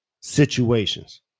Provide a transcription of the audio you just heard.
situations